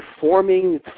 forming